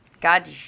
God